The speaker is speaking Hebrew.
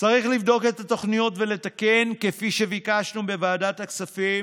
צריך לבדוק את התוכניות ולתקן כפי שביקשנו בוועדת הכספים.